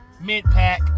mid-pack